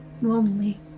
lonely